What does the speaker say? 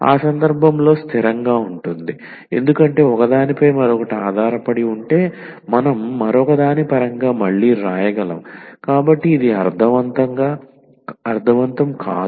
ఆ సందర్భంలో స్థిరంగా ఉంటుంది ఎందుకంటే ఒకదానిపై మరొకటి ఆధారపడి ఉంటే మనం మరొకదాని పరంగా మళ్ళీ వ్రాయగలము కాబట్టి ఇది అర్ధవంతం కాదు